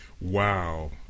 Wow